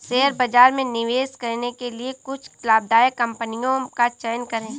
share बाजार में निवेश करने के लिए कुछ लाभदायक कंपनियों का चयन करें